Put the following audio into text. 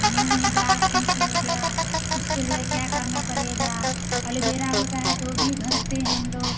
मुंह में दाग फुंसी हो गया उसके लिए क्या करना पड़ेगा एलोवेरा होता है तो भी घिसते हैं हम लोग